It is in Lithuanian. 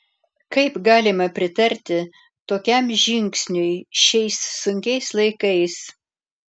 kaip galima pritarti tokiam žingsniui šiais sunkiais laikais